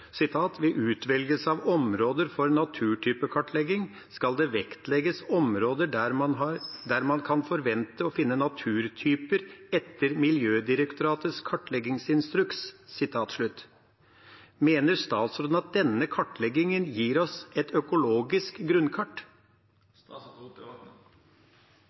av områder for naturtypekartlegging skal det vektlegges områder b) der man kan forvente å finne naturtyper etter Miljødirektoratets kartleggingsinstruks.» Mener statsråden at denne kartleggingen gir oss et økologisk